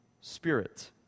Spirit